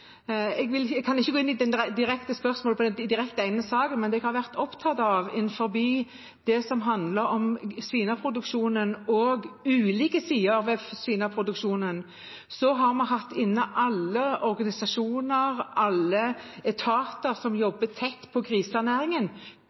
Jeg kan ikke gå inn i spørsmål knyttet til denne ene saken, men jeg har vært opptatt av det som handler om svinekjøttproduksjonen og ulike sider av den. Vi har hatt inne alle organisasjonene og alle etatene som jobber tett på